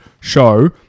show